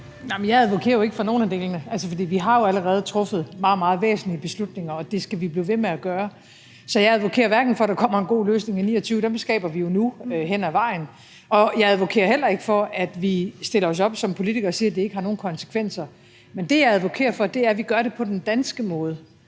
men jeg advokerer jo ikke for nogen af delene. For vi har jo allerede truffet meget, meget væsentlige beslutninger, og det skal vi blive ved med at gøre. Så jeg advokerer ikke for, at der kommer en god løsning i 2029 – løsningerne skaber vi jo nu hen ad vejen – og jeg advokerer heller ikke for, at vi stiller os op som politikere og siger, at det ikke har nogen konsekvenser. Men det, som jeg advokerer for, er, at vi gør det på den danske måde,